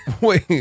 Wait